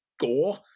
gore